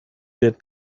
wird